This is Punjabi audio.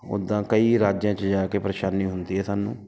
ਉੱਦਾਂ ਕਈ ਰਾਜਿਆਂ 'ਚ ਜਾ ਕੇ ਪਰੇਸ਼ਾਨੀ ਹੁੰਦੀ ਹੈ ਸਾਨੂੰ